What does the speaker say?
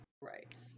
Right